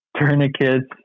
tourniquets